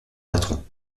patron